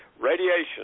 radiation